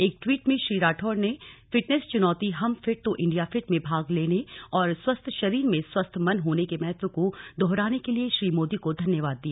एक ट्वीट में श्री राठौड़ ने फिटनेस चुनौती हम फिट तो इंडिया फिट में भाग लेने और स्वस्थ शरीर में स्वस्थ मन होने के महत्व को दोहराने के लिए श्री मोदी को धन्यवाद दिया